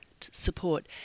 support